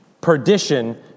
perdition